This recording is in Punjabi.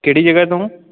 ਕਿਹੜੀ ਜਗ੍ਹਾ ਤੋਂ